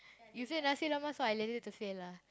you say nasi-lemak so I lazy to say lah